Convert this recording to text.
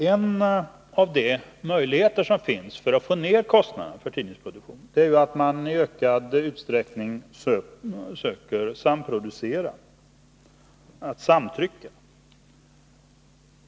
En av de möjligheter som finns att få ned kostnaderna för tidningsproduktion är att man i ökad utsträckning söker samproducera/samtrycka.